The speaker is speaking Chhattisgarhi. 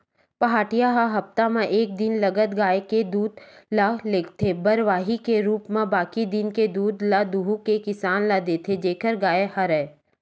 पहाटिया ह हप्ता म एक दिन लगत गाय के दूद ल लेगथे बरवाही के रुप म बाकी दिन के दूद ल दुहू के किसान ल देथे जेखर गाय हरय